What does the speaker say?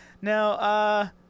Now